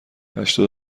هشتاد